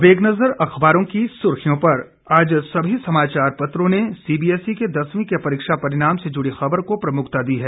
अब एक नज़र अखबारों की सुर्खियों पर आज सभी समाचार पत्रों ने सीबीएसई के दसवीं के परीक्षा परिणाम से जुड़ी खबर को प्रमुखता दी है